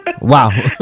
Wow